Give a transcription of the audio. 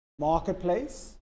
Marketplace